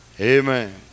Amen